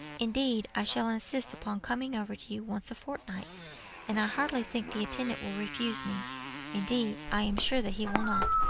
indeed, i shall insist upon coming over to you once a-fortnight and i hardly think the intendant will refuse me indeed, i am sure that he will not.